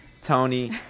Tony